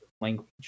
language